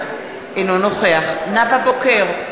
אינו נוכח גלעד ארדן, אינו נוכח נאוה בוקר,